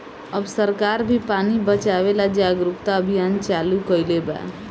अब सरकार भी पानी बचावे ला जागरूकता अभियान चालू कईले बा